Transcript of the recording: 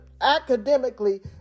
academically